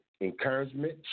encouragement